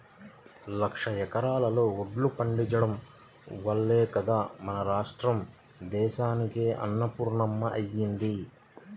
లక్షల ఎకరాల్లో వడ్లు పండించడం వల్లే గదా మన రాష్ట్రం దేశానికే అన్నపూర్ణమ్మ అయ్యింది